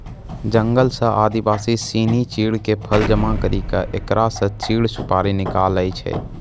जंगल सॅ आदिवासी सिनि चीड़ के फल जमा करी क एकरा स चीड़ सुपारी निकालै छै